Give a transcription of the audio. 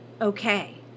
Okay